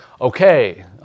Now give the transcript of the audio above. okay